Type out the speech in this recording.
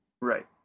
Right